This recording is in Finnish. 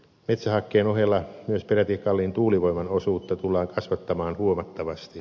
metsähakkeen ohella myös peräti kalliin tuulivoiman osuutta tullaan kasvattamaan huomattavasti